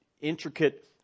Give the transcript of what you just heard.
intricate